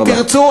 אם תרצו,